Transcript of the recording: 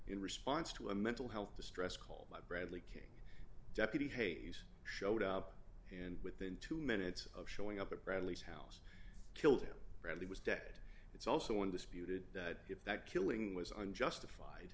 in response to a mental health distress call by bradley king deputy hayes showed up and within two minutes of showing up at bradley's house killed him bradley was dead it's also one disputed that if that killing was unjustified